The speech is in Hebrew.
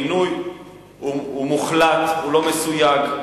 אמרתי: הגינוי הוא מוחלט, הוא לא מסויג.